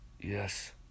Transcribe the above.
Yes